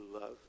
love